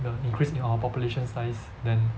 the increase in our population size then